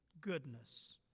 goodness